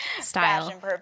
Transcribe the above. Style